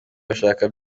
bashaka